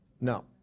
No